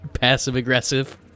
passive-aggressive